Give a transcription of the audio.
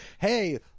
Hey